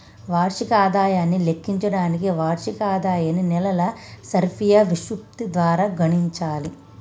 వార్షిక ఆదాయాన్ని లెక్కించడానికి వార్షిక ఆదాయాన్ని నెలల సర్ఫియా విశృప్తి ద్వారా గుణించాలి